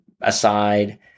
aside